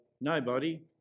Nobody